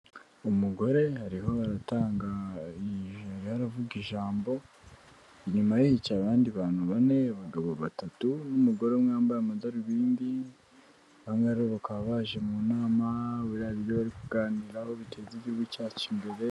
umugore hariho baratangaje rerovuga ijambo nyuma'ca abandi bantu bane abagabo batatu n'umugore umwe yambaye amadarubindi bamwe bakaba baje mu namaryo bari kuganiraho biteza igihugu cyacu imbere Umugore arimo aratanga aravuga ijambo nyuma abandi bantu bane , abagabo batatu n'umugore umwe yambaye amadarubindi , bamwe bakaba baje mu nama y'uburyo bari kuganiraho biteza imbere.